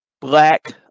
black